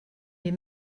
les